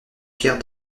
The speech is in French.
pierre